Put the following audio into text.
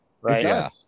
right